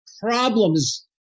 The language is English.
problems